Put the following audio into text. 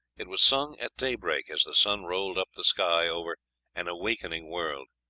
it was sung at daybreak, as the sun rolled up the sky over an awakening world.